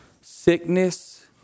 sickness